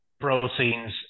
proteins